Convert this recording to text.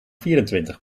vierentwintig